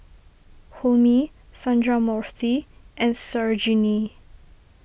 Homi Sundramoorthy and Sarojini